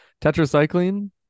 Tetracycline